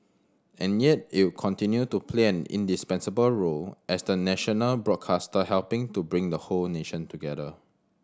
and yet it'll continue to play an indispensable role as the national broadcaster helping to bring the whole nation together